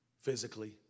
physically